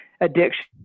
addiction